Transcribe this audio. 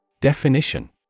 Definition